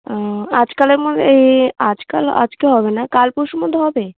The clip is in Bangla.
ও আজকালের মধ্যে এই আজকাল আজকে হবে না কাল পরশুর মধ্যে হবে